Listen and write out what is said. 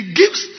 gives